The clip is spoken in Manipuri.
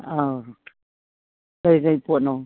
ꯑꯧ ꯀꯩꯀꯩ ꯄꯣꯠꯅꯣ